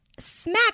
Smack